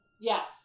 Yes